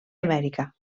amèrica